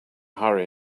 hurry